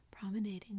Promenading